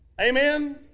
Amen